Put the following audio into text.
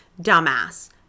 dumbass